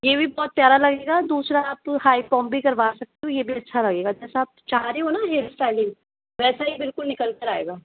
ये भी बहुत प्यारा लगेगा दूसरा आप हाई कॉम्प भी करवा सकते हो ये भी अच्छा लगेगा जैसा आप चाह रहे हो ना हेयर स्टाइलिंग वैसा ही बिल्कुल निकल कर आएगा